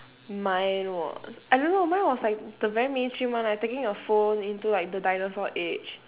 mine was I don't know mine was like the very mainstream one like taking a phone into like the dinosaur age